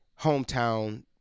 hometown